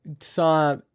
saw